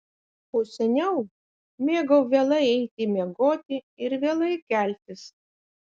o seniau mėgau vėlai eiti miegoti ir vėlai keltis